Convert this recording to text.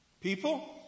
People